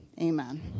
Amen